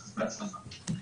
בהצלחה.